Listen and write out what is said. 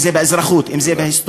אם זה באזרחות ואם זה בהיסטוריה,